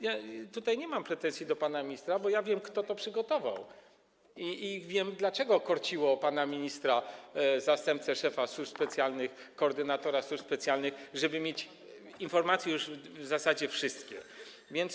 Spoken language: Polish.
Ja tutaj nie mam pretensji do pana ministra, bo wiem, kto to przygotował, i wiem, dlaczego korciło pana ministra, zastępcę szefa służb specjalnych, koordynatora służb specjalnych, żeby mieć już w zasadzie wszystkie informacje.